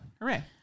Hooray